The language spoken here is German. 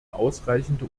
ausreichende